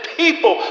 people